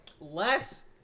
Less